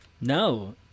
No